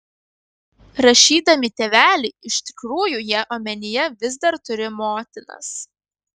rašydami tėveliai iš tikrųjų jie omenyje vis dar turi motinas